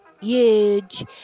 huge